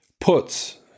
puts